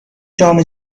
جام